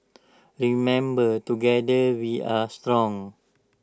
remember together we are strong